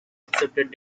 accepted